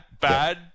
bad